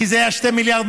כי זה היה 2.2 מיליארד,